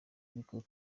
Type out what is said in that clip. ariko